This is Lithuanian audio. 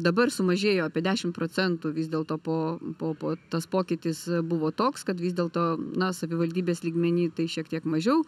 dabar sumažėjo apie dešim procentų vis dėlto po po po tas pokytis buvo toks kad vis dėlto na savivaldybės lygmeny tai šiek tiek mažiau